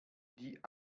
die